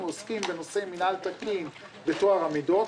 עוסקים בנושא מינהל תקין וטוהר המידות,